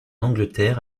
angleterre